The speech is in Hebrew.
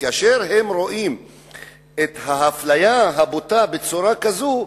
כאשר הם רואים את האפליה הבוטה בצורה כזו,